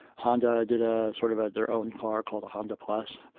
honda did a sort of had their own car called the honda plus,